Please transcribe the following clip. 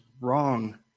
wrong